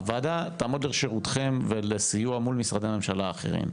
הוועדה תעמוד לשירותכם ולסיוע מול משרדי הממשלה האחרים.